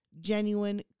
genuine